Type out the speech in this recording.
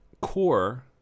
core